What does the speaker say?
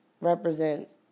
represents